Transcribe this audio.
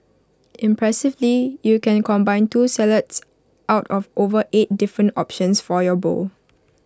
impressively you can combine two salads out of over eight different options for your bowl